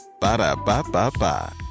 Ba-da-ba-ba-ba